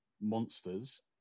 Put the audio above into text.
monsters